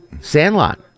Sandlot